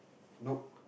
nope